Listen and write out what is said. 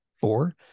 Four